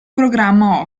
programma